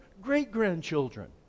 great-grandchildren